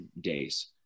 days